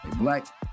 black